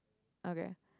okay